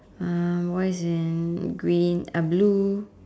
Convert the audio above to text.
uh boy is in green uh blue